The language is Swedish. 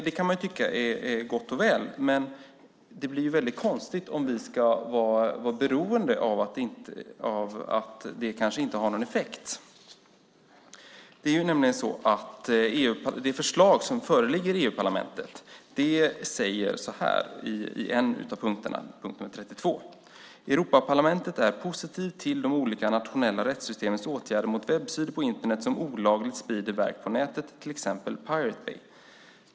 Det kan man tycka är gott och väl, men det blir ju väldigt konstigt om vi ska vara beroende av att det kanske inte har någon effekt. Det förslag som föreligger i EU-parlamentet säger så här i en av punkterna, punkt nr 32: Europaparlamentet är positivt till de olika nationella rättssystemens åtgärder mot webbsidor på Internet som olagligt sprider verk på nätet, till exempel Pirate Bay.